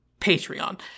Patreon